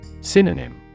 Synonym